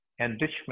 enrichment